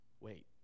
wait